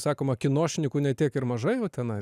sakoma kinošnikų ne tiek ir mažai va tenai